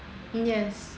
yes